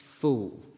fool